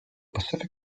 pacific